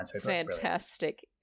fantastic